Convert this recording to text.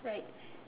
like